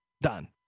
done